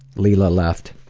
leila left